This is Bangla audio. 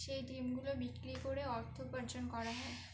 সেই ক্রিমগুলো বিক্রি করে অর্থ উপার্জন করা হয়